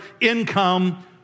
income